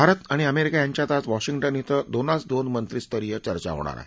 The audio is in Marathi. भारत आणि अमेरिका यांच्यात आज वॉशिंग्टन क्वें दोनास दोन मंत्रीस्तरीय चर्चा होणार आहेत